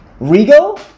Rego